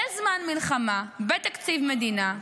בזמן מלחמה, בתקציב מדינה.